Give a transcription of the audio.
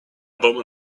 woman